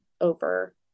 over